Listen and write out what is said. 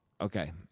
Okay